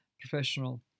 professional